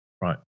Right